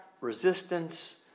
resistance